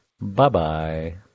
Bye-bye